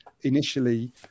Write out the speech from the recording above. initially